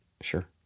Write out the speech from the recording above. Sure